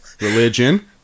religion